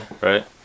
Right